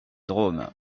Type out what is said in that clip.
drôme